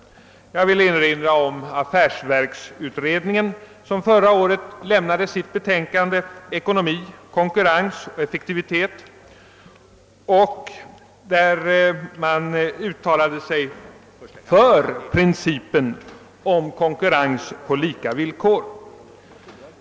Jag vill erinra om att affärsverksutredningen, som förra året avlämnade sitt betänkande »Ekonomi, konkurrens och effektivitet» uttalade sig för principen om konkurrens på lika villkor.